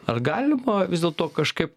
ar galima vis dėlto kažkaip